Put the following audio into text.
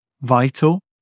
vital